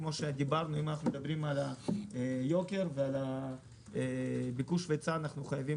אם אנחנו מדברים על היוקר ועל הביקוש וההיצע אנחנו חייבים